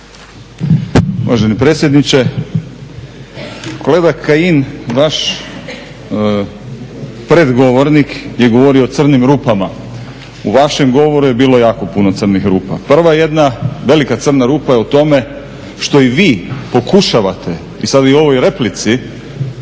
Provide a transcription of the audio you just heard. Uvaženi predsjedniče. Kolega Kajin, vaš predgovornik je govorio o crnim rupama, u vašem govoru je bilo jako puno crnih rupa. Prva jedna velika crna rupa je u tome što i vi pokušavate i sad i u ovoj replici